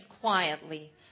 quietly